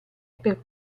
per